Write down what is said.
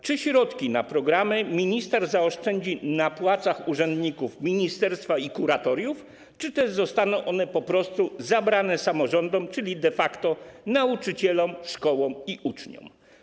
Czy środki na programy minister zaoszczędzi na płacach urzędników ministerstwa i kuratoriów, czy też zostaną one po prostu zabrane samorządom, czyli de facto nauczycielom, szkołom i uczniom?